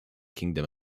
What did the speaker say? kingdom